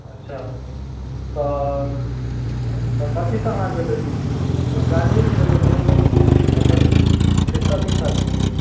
अच्छा तऽ तऽ कथीसँ अहाँ जेबै उँ गाड़िएसँ जेबै घुमैलेल कि मतलब रिक्शा तिक्शासँ जेबै